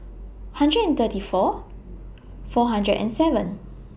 hundred and thirty four four hundred and seven